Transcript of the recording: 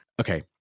Okay